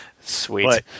Sweet